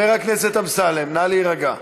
נא להירגע,